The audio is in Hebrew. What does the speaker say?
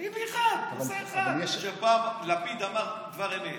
תגיד לי אחד, נושא אחד שבו פעם לפיד אמר דבר אמת.